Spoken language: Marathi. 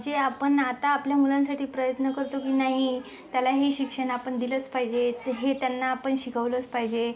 जे आपण आता आपल्या मुलांसाठी प्रयत्न करतो की नाही त्याला हे शिक्षण आपण दिलंच पाहिजे हे त्यांना आपण शिकवलंच पाहिजे